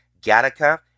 Gattaca